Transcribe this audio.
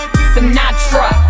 Sinatra